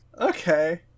Okay